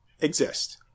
exist